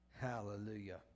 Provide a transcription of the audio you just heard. Hallelujah